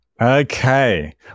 Okay